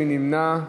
מי נמנע?